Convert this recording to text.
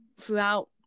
throughout